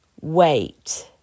wait